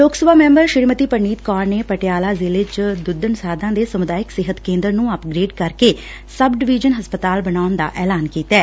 ਲੋਕ ਸਭਾ ਮੈਂਬਰ ਸ੍ਰੀਮਤੀ ਪਰਨੀਤ ਕੌਰ ਨੇ ਪਟਿਆਲਾ ਜ਼ਿਲ੍ਹੇ ਚ ਦੁੱਧਣਸਾਧਾਂ ਦੇ ਸਮੁਦਾਇਕ ਸਿਹਤ ਕੇਂਦਰ ਨੂੰ ਅਪਗ੍ਰੇਡ ਕਰਕੇ ਸਬ ਡਿਵੀਜਨ ਹਸਪਤਾਲ ਬਣਾਉਣ ਦਾ ਐਲਾਨ ਕੀਤੈ